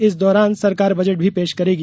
इस दौरान सरकार बजट भी पेश करेगी